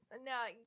No